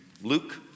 Luke